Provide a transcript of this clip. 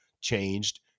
changed